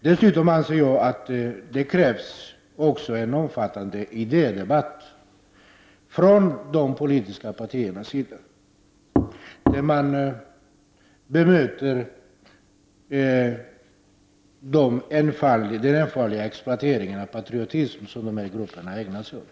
Dessutom anser jag att det krävs en omfattande idédebatt från de politiska partiernas sida, där man bemöter den enfaldiga exploatering av patriotism som vissa grupper ägnar sig åt.